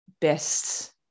best